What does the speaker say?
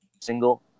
single